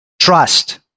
Trust